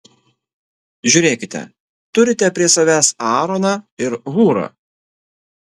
žiūrėkite turite prie savęs aaroną ir hūrą